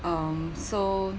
um so